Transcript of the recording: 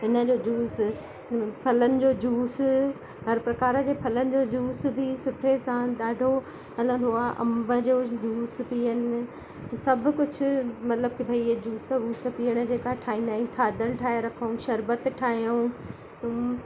हिनजो जूस फलनि जो जूस हर प्रकारनि जे फलनि जो जूस बि सुठे सां ॾाढो हलंदो आहे अंब जो जूस पीअणु सभु कुझु मतिलब कि भई इहा जूस वूस पीअणु जेका ठाहींदा थादल ठाहे रखऊं शरबत ठाहियूं